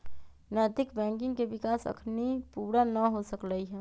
नैतिक बैंकिंग के विकास अखनी पुरा न हो सकलइ ह